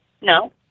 no